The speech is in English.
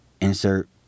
insert